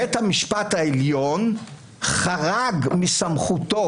בית המשפט העליון חרג מסמכותו,